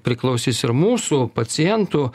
priklausys ir mūsų pacientų